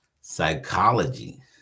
psychology